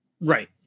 Right